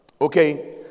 Okay